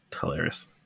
Hilarious